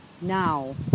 now